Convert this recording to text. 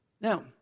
Now